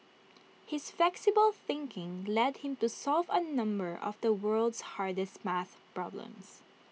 his flexible thinking led him to solve A number of the world's hardest math problems